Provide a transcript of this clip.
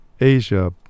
asia